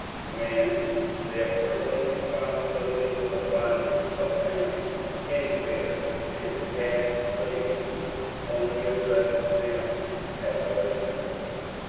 when their personal responsibility for the bondage of a man any where is past, slavery only addresses them as other evils.